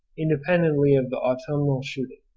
independently of the autumnal shooting.